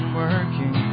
working